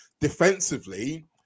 defensively